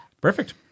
Perfect